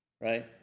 right